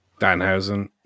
Danhausen